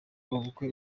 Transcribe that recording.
ubukwe